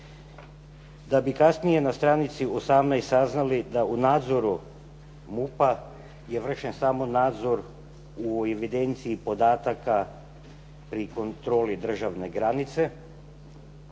Da bi kasnije na stranici 18. saznali da u nadzoru MUP-a je vršen samo nadzor u evidenciji podataka pri kontroli državne granice,